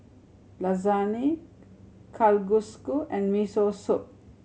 Lasagne Kalguksu and Miso Soup